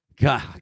God